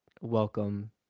welcome